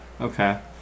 okay